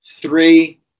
three